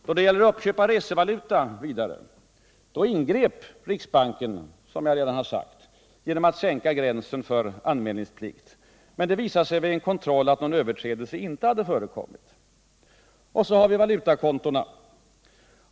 Då det gäller uppköp av resevaluta ingrep riksbanken, som jag redan har sagt, genom att sänka gränsen för anmälningsplikt. Det visade sig vid en kontroll att någon överträdelse inte hade förekommit. Sedan till valutakontona.